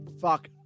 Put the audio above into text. Fuck